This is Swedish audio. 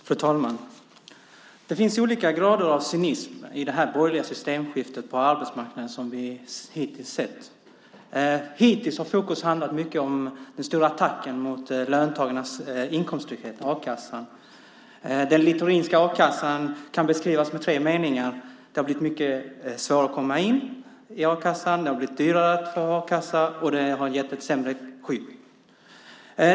Fru talman! Det finns olika grader av cynism i det borgerliga systemskiftet på arbetsmarknaden som vi hittills har sett. Hittills har fokus legat mycket på den stora attacken mot löntagarnas inkomsttrygghet, a-kassan. Den littorinska a-kassan kan beskrivas med tre meningar. Det har blivit mycket svårare att komma in i a-kassan. Det har blivit dyrare att få a-kassa. A-kassan har gett ett sämre skydd.